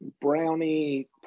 brownie